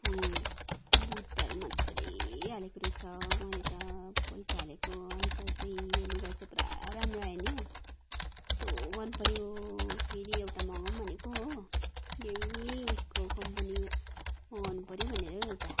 बुट्टाहरू मजाले हालेको रहेछ मैले त पैसा हालेको अनुसार चाहिँ यो लुगा चाहिँ पुरा राम्रो आयो नि हौ कस्तो मन पऱ्यो फेरि एउटा मगाऊँ भनेको हो यही उयसको कम्पनी मगाउनु पऱ्यो भनेर हौ एउटा